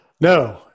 No